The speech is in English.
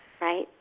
right